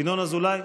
ינון אזולאי,